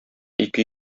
ике